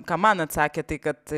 ką man atsakė tai kad